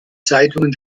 zeitungen